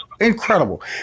Incredible